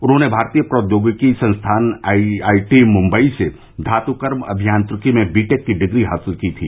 उन्होंने भारतीय प्रौद्योगिकी संस्थान आईआईटी मुम्बई से धातुकर्म अभियांत्रिकी में बीटेक की डिग्री हासिल की थी